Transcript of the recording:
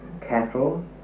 cattle